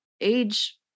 age